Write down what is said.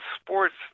sports